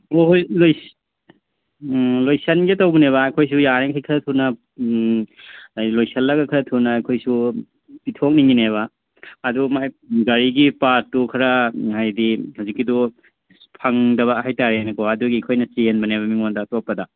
ꯑꯣ ꯎꯝ ꯂꯣꯏꯁꯤꯟꯒꯦ ꯇꯧꯕꯅꯦꯕ ꯑꯩꯈꯣꯏꯁꯨ ꯌꯥꯔꯤꯕꯃꯈꯩ ꯈꯔ ꯊꯨꯅ ꯍꯥꯏꯕꯗꯤ ꯂꯣꯏꯁꯤꯜꯂꯒ ꯈꯔ ꯊꯨꯅ ꯑꯩꯈꯣꯏꯁꯨ ꯄꯤꯊꯣꯛꯅꯤꯡꯉꯤꯅꯦꯕ ꯑꯗꯨ ꯃꯥꯒꯤ ꯒꯥꯔꯤꯒꯤ ꯄꯥꯔꯠꯇꯨ ꯈꯔ ꯍꯥꯏꯕꯗꯤ ꯍꯧꯖꯤꯛꯀꯤꯗꯣ ꯐꯪꯗꯕ ꯍꯥꯏꯕꯇꯔꯦꯅꯦꯀꯣ ꯑꯗꯨꯒꯤ ꯑꯩꯈꯣꯏꯅ ꯆꯦꯟꯕꯅꯦꯕ ꯃꯤꯉꯣꯟꯗ ꯑꯇꯣꯞꯄꯗ